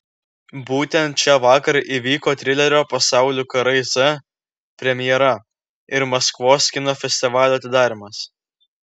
būtent čia vakar įvyko trilerio pasaulių karai z premjera ir maskvos kino festivalio atidarymas